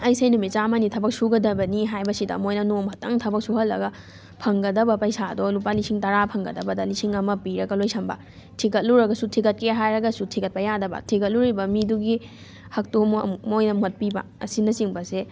ꯑꯩꯁꯦ ꯅꯨꯃꯤꯠ ꯆꯥꯝꯃꯅꯤ ꯊꯕꯛ ꯁꯨꯗꯒꯕꯅꯤ ꯍꯥꯏꯕꯁꯤꯗ ꯃꯣꯏꯅ ꯅꯣꯡꯃ ꯈꯛꯇꯪ ꯊꯕꯛ ꯁꯨꯍꯜꯂꯒ ꯐꯪꯒꯗꯕ ꯄꯩꯁꯥꯗꯣ ꯂꯨꯄꯥ ꯂꯤꯁꯤꯡ ꯇꯔꯥ ꯐꯪꯒꯗꯕꯗ ꯂꯤꯁꯤꯡ ꯑꯃ ꯄꯤꯔꯒ ꯂꯣꯏꯁꯟꯕ ꯊꯤꯒꯠꯂꯨꯔꯁꯨ ꯊꯤꯒꯠꯀꯦ ꯍꯥꯏꯔꯒꯁꯨ ꯊꯤꯒꯠꯄ ꯌꯥꯗꯕ ꯊꯤꯒꯠꯂꯨꯔꯤꯕ ꯃꯤꯗꯨꯒꯤ ꯍꯛꯇꯣ ꯑꯃꯨꯛ ꯃꯣꯏꯅ ꯃꯠꯄꯤꯕ ꯑꯁꯤꯅꯆꯤꯡꯕꯁꯦ